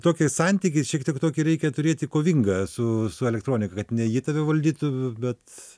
tokį santykį šiek tiek tokį reikia turėti kovingą su su elektronika kad ne ji tave valdytų bet